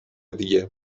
دیگه